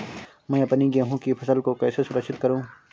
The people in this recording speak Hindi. मैं अपनी गेहूँ की फसल को कैसे सुरक्षित करूँ?